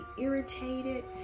irritated